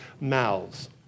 mouths